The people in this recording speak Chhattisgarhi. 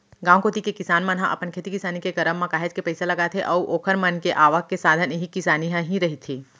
गांव कोती के किसान मन ह अपन खेती किसानी के करब म काहेच के पइसा लगाथे अऊ ओखर मन के आवक के साधन इही किसानी ह ही रहिथे